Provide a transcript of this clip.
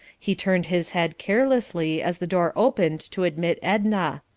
he turned his head carelessly as the door opened to admit edna.